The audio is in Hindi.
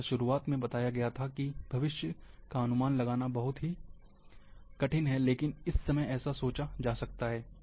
जैसा शुरुआत में बताया गया था कि भविष्य का अनुमान लगाना बहुत कठिन है लेकिन इस समय ऐसा सोचा जा सकता है